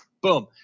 boom